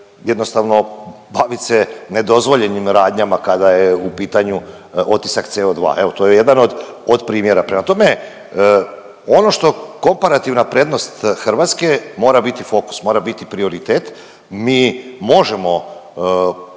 jednostavno bavit se nedozvoljenim radnjama kada je u pitanju otisak CO2, evo to je jedan od, od primjera. Prema tome, ono što komparativna prednost Hrvatske mora biti fokus, mora biti prioritet. Mi možemo